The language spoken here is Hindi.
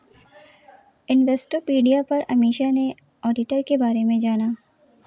इन्वेस्टोपीडिया पर अमीषा ने ऑडिटर के बारे में जाना